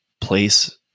place